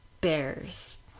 bears